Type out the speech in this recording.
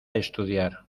estudiar